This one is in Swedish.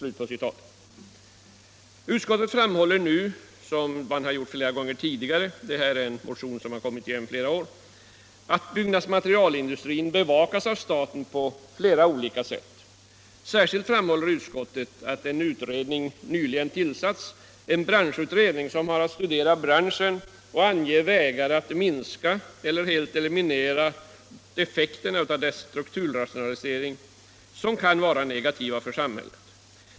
Utskottet framhåller nu liksom flera gånger tidigare — det gäller en motion som återkommit flera år — att byggnadsmaterialindustrin bevakas av staten på olika sätt. Särskilt framhåller utskottet att en utredning nyligen tillsatts för att studera branschen och ange vägar att minska eller eliminera de effekter av dess strukturutveckling som kan vara negativa för samhället.